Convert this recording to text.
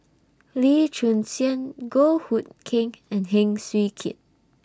Lee Choon Seng Goh Hood Keng and Heng Swee Keat